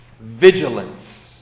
Vigilance